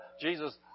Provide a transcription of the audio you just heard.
Jesus